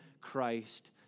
Christ